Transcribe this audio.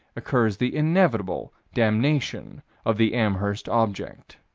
occurs the inevitable damnation of the amherst object